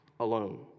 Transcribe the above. alone